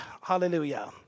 Hallelujah